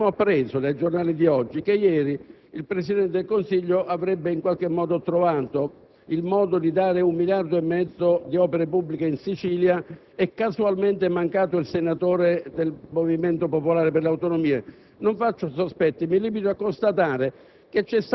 che abbiamo appreso dai giornali di oggi che ieri il Presidente del Consiglio avrebbe in qualche modo trovato il modo di far stanziare 1,5 miliardi di euro per opere pubbliche in Sicilia e casualmente è mancato il senatore del Movimento popolare per le Autonomie. Non avanzo sospetti, mi limito a constatare